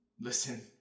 Listen